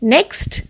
Next